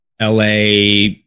LA